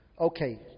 okay